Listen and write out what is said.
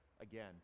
again